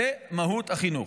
זו מהות החינוך,